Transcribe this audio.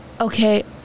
okay